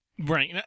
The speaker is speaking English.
Right